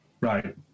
Right